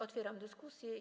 Otwieram dyskusję.